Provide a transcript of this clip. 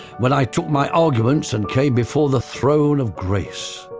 when i took my arguments and came before the throne of grace.